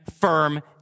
firm